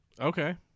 Okay